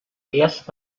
erst